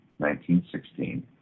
1916